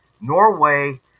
Norway